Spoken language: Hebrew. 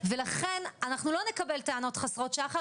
ולכן לא נקבל טענות חסרות שחר.